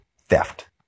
theft